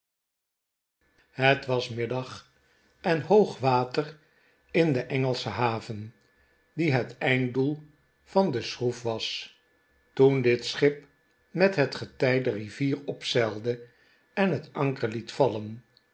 het was middag en hoog water in de engelsche haven die het einddoel van de schroef was toen dit schip met het getij de rivier opzeilde en het anker liet vallen